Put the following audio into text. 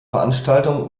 veranstaltungen